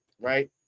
right